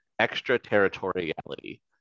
extraterritoriality